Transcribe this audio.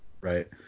Right